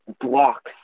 blocks